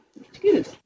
excuse